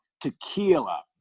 tequila